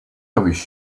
wish